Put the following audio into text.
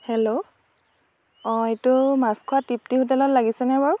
hello অঁ এইটো মাছখোৱা তৃপ্তি হোটেলত লাগিছেনে বাৰু